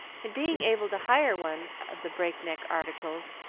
and, being able to hire one of the breakneck articles,